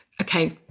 okay